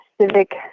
civic